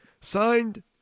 Signed